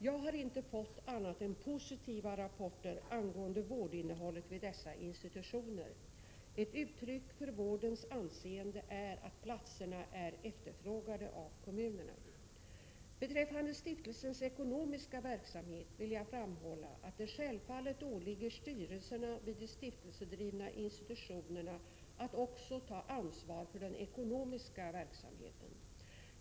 Jag har inte fått annat än positiva rapporter angående vårdinnehållet vid dessa institutioner. Ett uttryck för vårdens anseende är att platserna är efterfrågade av kommunerna. Beträffande stiftelsens ekonomiska verksamhet vill jag framhålla att det självfallet åligger styrelserna vid de stiftelsedrivna institutionerna att också ta ansvar för den ekonomiska verksamheten.